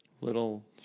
little